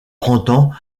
brendan